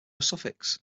suffix